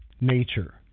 nature